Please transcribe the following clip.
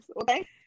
Okay